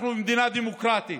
אנחנו מדינה דמוקרטית.